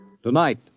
Tonight